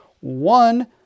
one